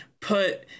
put